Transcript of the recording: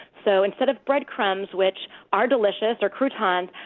so instead of breadcrumbs, which are delicious, or croutons,